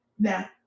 now